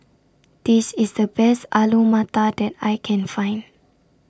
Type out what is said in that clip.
This IS The Best Alu Matar that I Can Find